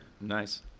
Nice